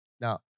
Now